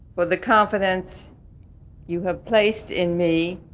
for the confidence you have placed in me.